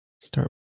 start